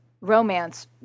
romance